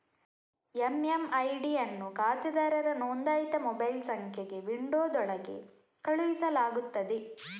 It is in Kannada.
ಎಮ್.ಎಮ್.ಐ.ಡಿ ಅನ್ನು ಖಾತೆದಾರರ ನೋಂದಾಯಿತ ಮೊಬೈಲ್ ಸಂಖ್ಯೆಗೆ ವಿಂಡೋದೊಳಗೆ ಕಳುಹಿಸಲಾಗುತ್ತದೆ